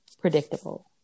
predictable